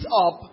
up